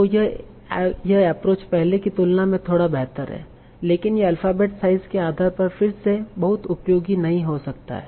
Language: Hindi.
तो यह एप्रोच पहले की तुलना में थोड़ा बेहतर है लेकिन यह अल्फाबेट साइज़ के आधार पर फिर से बहुत उपयोगी नहीं हो सकता है